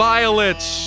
Violets